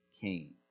king